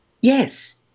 Yes